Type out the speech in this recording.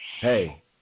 hey